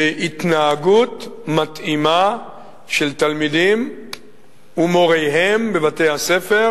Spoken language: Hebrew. להתנהגות מתאימה של תלמידים ומוריהם בבתי-הספר